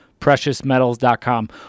preciousmetals.com